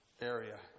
area